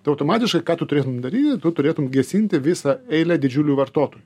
tai automatiškai ką tu turėtum dary tu turėtum gesinti visą eilę didžiulių vartotojų